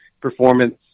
performance